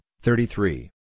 thirty-three